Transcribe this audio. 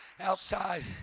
outside